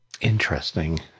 Interesting